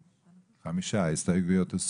5. הצבעה לא אושר ההסתייגויות הוסרו.